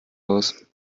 aus